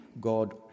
God